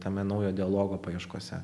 tame naujo dialogo paieškose